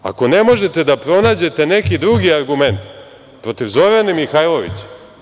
Ako ne možete da pronađete neki drugi argument protiv Zorane Mihajlović…